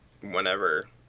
whenever